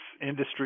industry